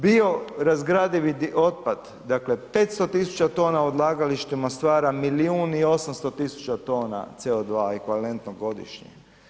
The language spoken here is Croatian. Biorazgradivi otpad, dakle 500 000 tona u odlagalištima stvara milijun i 800 000 tona CO2 ekvivalentno godišnje.